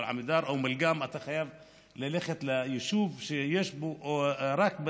אתה חייב ללכת ליישוב שיש בו רק,